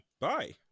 bye